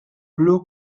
blue